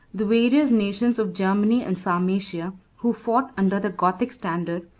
the various nations of germany and sarmatia, who fought under the gothic standard,